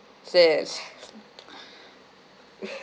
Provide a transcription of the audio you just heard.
says